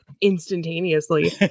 instantaneously